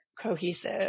cohesive